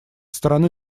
стороны